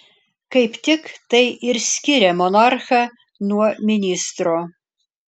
kaip tik tai ir skiria monarchą nuo ministro